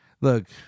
look